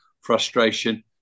frustration